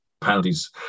penalties